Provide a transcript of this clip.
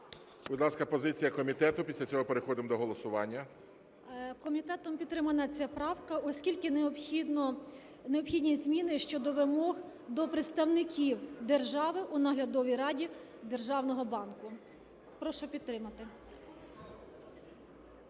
Будь ласка, позиція комітету. Після цього переходимо до голосування. 14:41:22 КОПАНЧУК О.Є. Комітетом підтримана ця правка, оскільки необхідно, необхідні зміни щодо вимог до представників держави у наглядовій раді державного банку. Прошу підтримати.